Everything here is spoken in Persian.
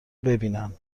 ببینن